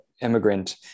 immigrant